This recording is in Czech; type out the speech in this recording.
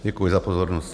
Děkuji za pozornost.